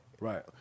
right